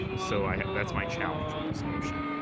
so that's my challenge with this motion.